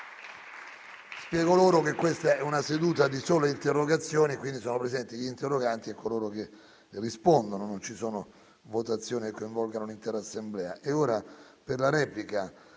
Spiego loro che questa è una seduta di sole interrogazioni, quindi sono presenti gli interroganti e coloro che rispondono; non ci sono votazioni che coinvolgono l'intera Assemblea.